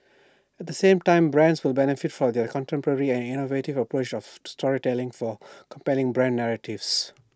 at the same time brands will benefit from their contemporary and innovative approach of to storytelling for compelling brand narratives